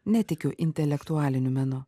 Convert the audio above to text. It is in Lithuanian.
netikiu intelektualiniu menu